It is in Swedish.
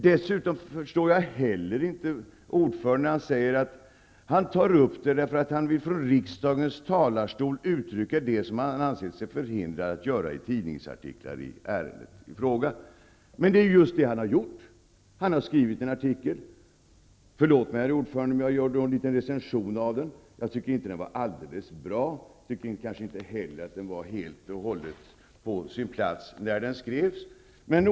Inte heller förstår jag ordföranden när han säger att han tar upp frågan därför att han från riksdagens talarstol vill uttrycka det som han ansett sig förhindrad att säga i tidningsartiklar i ärendet i fråga. Men det är just vad ordföranden har gjort. Han har ju skrivit en artikel. Förlåt, herr ordförande, om jag gör en liten recension av artikeln. Men jag tycker inte att artikeln var alldeles bra. Jag tycker kanske inte heller att det var helt och hållet på sin plats att skriva den vid den tidpunkt då den skrevs.